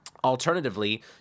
Alternatively